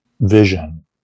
vision